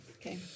okay